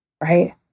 right